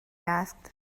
asked